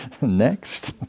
Next